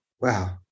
wow